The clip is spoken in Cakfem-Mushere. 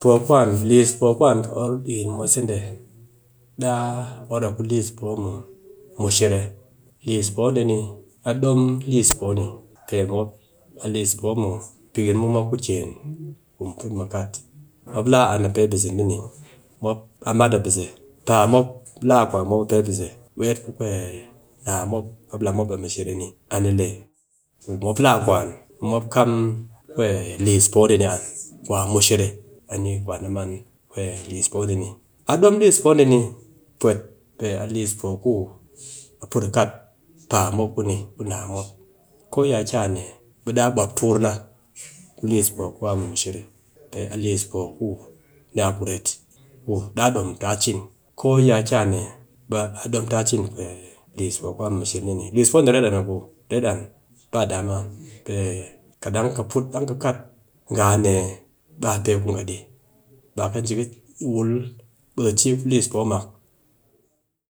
poo, liis po ku an kɨ or dikin mwase dee, daa or a ku liis po mun mɨshere, liis poo dee ni, a dom liis po ni, pe mop, a liis poo mun, pikin mu mo ku ken, ku mu put mu kat, mop laa an an pe bise dee ni, mop, a mat a bise, paa mop laa kwa mop pe bise, weet ku naa mop, mop laa mop a mɨshere ni, a ni le mop laa kwan, ɓe mop kam liis poo dee ni an ku a mushere, a ni kwan a man liis poo dee ni. A dom liis poo dee ni pwet pe a nina liis poo ku a put a kat paa mop ku ni, ku naa mop, ko yi ki a ne ɓe daa buwap tukur na ku liis poo ku a mɨ mushere pe a liis poo ku ni a ku ret, ku daa dom ta cin ko ya ki a ne, daa dom ta cin liis poo ku a mɨ mushre ni, liis poo ni ret an abuu, ret an, ba damuwa, pe kat dang ka put dang kɨ kat ngha a ne ɓe a pe ku ngha di, ɓa kɨ ji ka wul ɓe ka ci ku liis poo mak